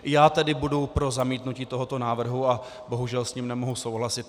Já tedy budu pro zamítnutí tohoto návrhu a bohužel s ním nemohu souhlasit.